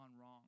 wrong